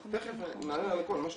תיכף, נענה על הכול, מה שתרצה.